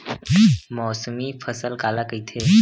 मौसमी फसल काला कइथे?